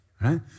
right